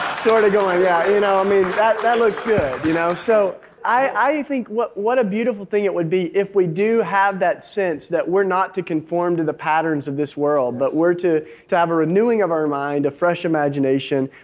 sort of going i yeah you know mean, that that looks good. you know so i think what what a beautiful thing it would be if we do have that sense that we're not to conform to the patterns of this world, but we're to to have a renewing of our mind, a fresh imagination,